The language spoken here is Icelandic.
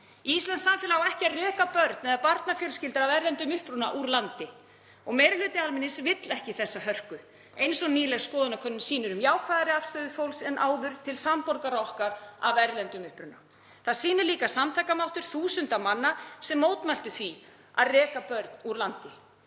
Íslenskt samfélag á ekki að reka börn eða barnafjölskyldur af erlendum uppruna úr landi og meiri hluti almennings vill ekki þessa hörku eins og nýleg skoðanakönnun sýnir um jákvæðari afstöðu fólks en áður til samborgara okkar af erlendum uppruna. Það sýnir líka samtakamáttur þúsunda manna sem mótmæltu því að reka börn úr landi.